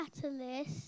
Catalyst